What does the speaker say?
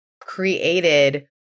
created